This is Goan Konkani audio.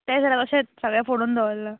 तेंवूय जाल्यार अशेंच सगळें फोडून दवरलां